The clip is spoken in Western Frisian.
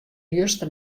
juster